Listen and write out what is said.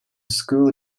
school